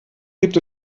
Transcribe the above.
gibt